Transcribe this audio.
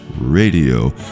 radio